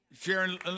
Sharon